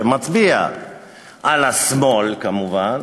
שמצביע על השמאל כמובן,